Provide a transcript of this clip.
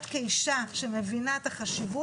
את כאישה, שמבינה את החשיבות.